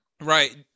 Right